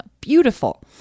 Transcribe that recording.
beautiful